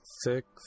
Six